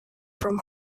from